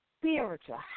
spiritual